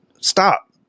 stop